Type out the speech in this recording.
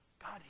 God